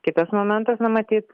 kitas momentas na matyt